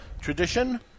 Tradition